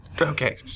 okay